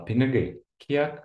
pinigai kiek